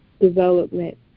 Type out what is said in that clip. development